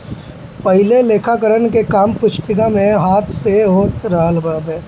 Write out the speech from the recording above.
पहिले लेखाकरण के काम पुस्तिका में हाथ से होत रहल हवे